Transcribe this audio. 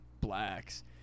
blacks